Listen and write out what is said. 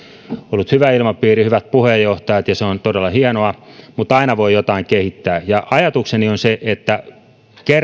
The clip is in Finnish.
ollut hyvä ilmapiiri hyvät puheenjohtajat ja se on todella hienoa mutta aina voi jotain kehittää ja ajatukseni on se että